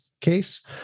case